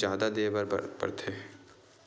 जादा देय बर परथे